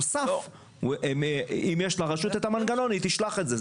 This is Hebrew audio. בנוסף, אם יש לרשות את המנגנון, היא תשלח את זה.